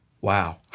wow